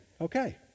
Okay